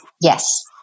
Yes